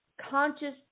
conscious